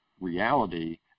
reality